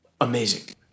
amazing